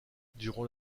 durant